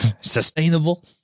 sustainable